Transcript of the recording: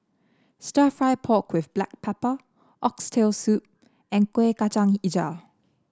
stir fry pork with Black Pepper Oxtail Soup and Kueh Kacang hijau